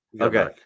Okay